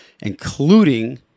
including